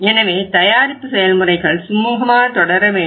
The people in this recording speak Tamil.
எனவே தயாரிப்பு செயல்முறைகள் சுமூகமாக தொடர வேண்டும்